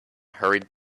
hurried